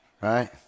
Right